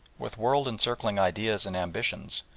with world-encircling ideas and ambitions,